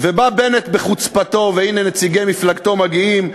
בא בנט בחוצפתו והנה נציגי מפלגתו מגיעים,